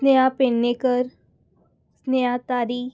Neha Pednekar Sneha Tari